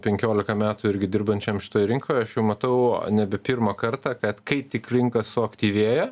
penkiolika metų irgi dirbančiam šitoj rinkoj aš jau matau nebe pirmą kartą kad kai tik rinka suaktyvėja